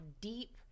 deep